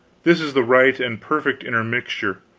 this is the right and perfect intermixture.